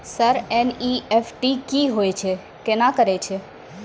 Sir NEFT की होय छै, केना करे छै?